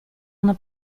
una